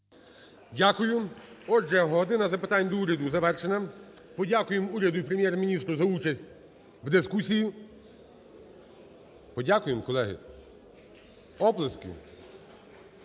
Дякую. Отже, "година запитань до Уряду" завершена. Подякуємо уряду і Прем’єр-міністру за участь в дискусії. Подякуємо, колеги,